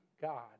God